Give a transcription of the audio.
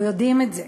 אנחנו יודעים את זה.